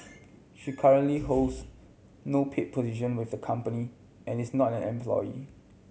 she currently holds no paid position with the company and is not an employee